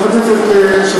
חברת הכנסת שפיר,